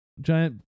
giant